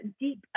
deep